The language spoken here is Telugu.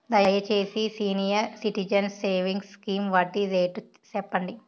దయచేసి సీనియర్ సిటిజన్స్ సేవింగ్స్ స్కీమ్ వడ్డీ రేటు సెప్పండి